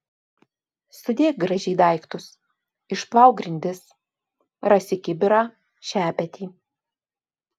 sudėk gražiai daiktus išplauk grindis rasi kibirą šepetį